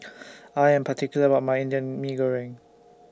I Am particular about My Indian Mee Goreng